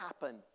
happen